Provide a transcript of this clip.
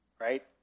right